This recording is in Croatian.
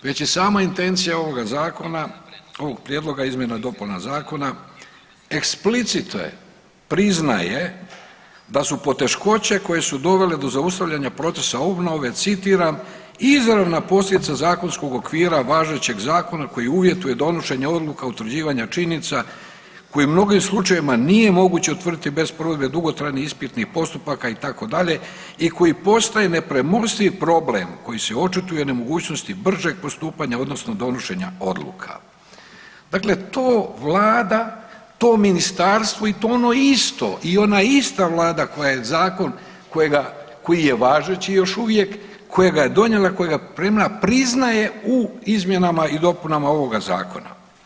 Već je sama intencija ovoga Zakona, ovog Prijedloga izmjena i dopuna zakona eksplicite priznaje da su poteškoće koje su dovele do zaustavljanja procesa obnove, citiram: „Izravna posljedica zakonskog okvira važećeg Zakona koji uvjetuje donošenje odluka, utvrđivanja činjenica koji u mnogim slučajevima nije moguće utvrditi bez provedbe dugotrajnih ispitnih postupaka itd. i koji postaje nepremostiv problem koji se očituje nemogućnosti bržeg postupanja odnosno donošenja odluka.“ Dakle, to Vlada, to ministarstvo i to ono isto i ona ista Vlada koja je zakon koji je važeći još uvijek koja ga je donijela, koja ga priznaje u izmjenama i dopunama ovoga Zakona.